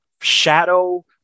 shadow